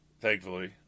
thankfully